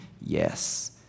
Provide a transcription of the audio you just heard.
yes